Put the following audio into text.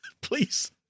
please